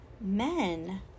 Men